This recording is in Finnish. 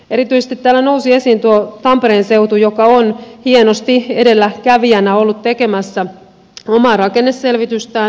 erityisesti täällä nousi esiin tuo tampereen seutu joka on hienosti edelläkävijänä ollut tekemässä omaa rakenneselvitystään